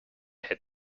had